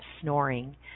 snoring